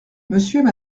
monsieur